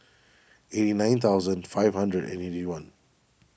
eighty nine thousand five hundred and eighty one